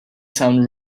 sound